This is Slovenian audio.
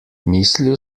mislil